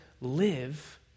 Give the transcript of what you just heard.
live